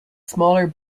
smaller